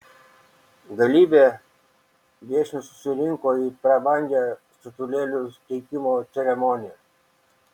galybė viešnių susirinko į prabangią statulėlių teikimo ceremoniją